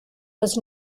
was